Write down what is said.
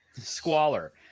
Squalor